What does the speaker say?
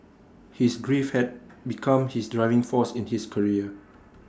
his grief had become his driving force in his career